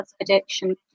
addiction